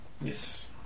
Yes